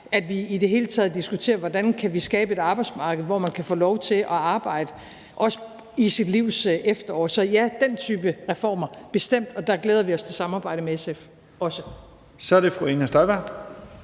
at vi i det hele taget diskuterer, hvordan vi kan skabe et arbejdsmarked, hvor man kan få lov til at arbejde også i sit livs efterår. Så ja, den type reformer vil vi bestemt gerne kigge på, og der glæder vi os til også at samarbejde med SF. Kl. 23:45 Første